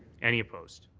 any opposed?